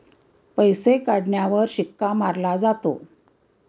पैसे काढण्यावर शिक्का मारला जातो